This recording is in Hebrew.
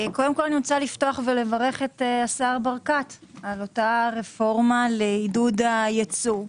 אני רוצה לפתוח ולברך את השר ברקת על הרפורמה לעידוד הייצוא,